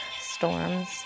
storms